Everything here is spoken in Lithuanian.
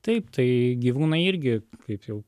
taip tai gyvūnai irgi kaip jau